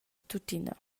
tuttina